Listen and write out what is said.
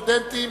פטור לסטודנטים